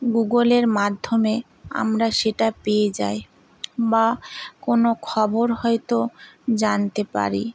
গুগোলের মাধ্যমে আমরা সেটা পেয়ে যায় বা কোনো খবর হয়তো জানতে পারি